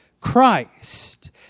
Christ